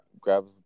grab